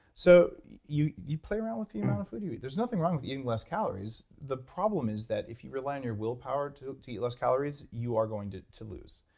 so you you play around with the amount of food you eat. there's nothing wrong with eating less calories. the problem is that if you rely on your willpower to to eat less calories, you are going to to lose.